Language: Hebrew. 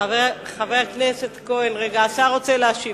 חבר הכנסת כהן, השר רוצה להשיב.